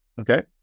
okay